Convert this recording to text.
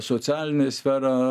socialinė sfera